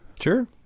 Sure